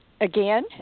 again